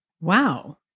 Wow